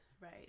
right